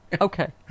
Okay